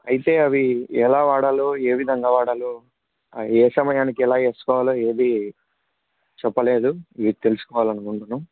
అయితే అవి ఎలా వాడాలో ఏ విధంగా వాడాలో ఏ సమయానికి ఎలా వేసుకోవాలో ఏది చెప్పలేదు ఇవి తెలుసుకోవాలనుకుంటున్నాం